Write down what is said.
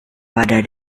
pada